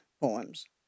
poems